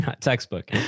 textbook